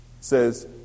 says